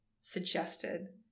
suggested